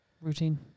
Routine